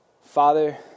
Father